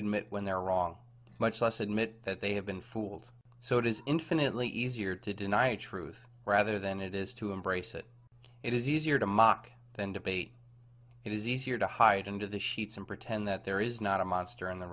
admit when they're wrong much less admit that they have been fooled so it is infinitely easier to deny a truth rather than it is to embrace it it is easier to mock than debate it is easier to hide under the sheets and pretend that there is not a monster in the